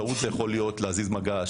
טעות יכולה להיות: להזיז מגש,